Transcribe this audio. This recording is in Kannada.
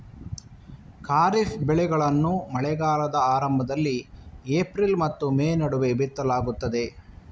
ಖಾರಿಫ್ ಬೆಳೆಗಳನ್ನು ಮಳೆಗಾಲದ ಆರಂಭದಲ್ಲಿ ಏಪ್ರಿಲ್ ಮತ್ತು ಮೇ ನಡುವೆ ಬಿತ್ತಲಾಗ್ತದೆ